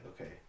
okay